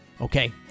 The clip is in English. Okay